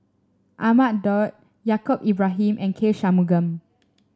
Ahmad Daud Yaacob Ibrahim and K Shanmugam